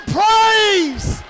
praise